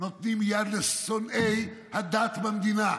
נותנים יד לשונאי הדת במדינה,